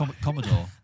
Commodore